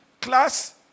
Class